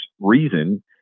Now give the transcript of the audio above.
reason